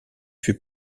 fut